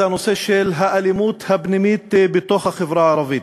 הוא הנושא של האלימות הפנימית בתוך החברה הערבית.